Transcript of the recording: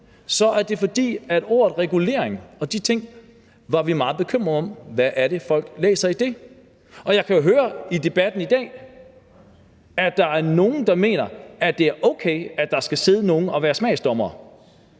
vi i forhold til ordet regulering og de ting var meget bekymrede over, hvad det er, folk læser i det. Og jeg kan jo høre i debatten i dag, at der er nogen, der mener, at det er okay, at der skal sidde nogen og være smagsdommere.